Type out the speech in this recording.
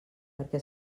perquè